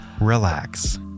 relax